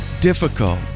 difficult